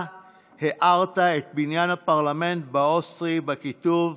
אתה הארת את בניין הפרלמנט האוסטרי בכיתוב